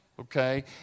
okay